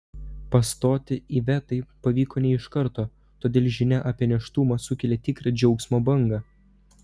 pastoti ivetai pavyko ne iš karto todėl žinia apie nėštumą sukėlė tikrą džiaugsmo bangą